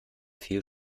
viel